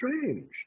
strange